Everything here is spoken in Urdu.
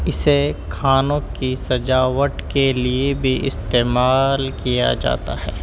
اسے کھانوں کی سجاوٹ کے لیے بھی استعمال کیا جاتا ہے